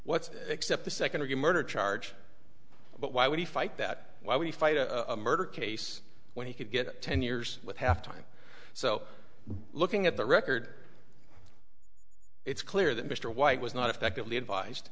except the second degree murder charge but why would he fight that while we fight a murder case when he could get ten years with half time so looking at the record it's clear that mr white was not effectively advised